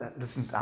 listen